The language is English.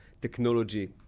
technology